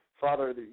Father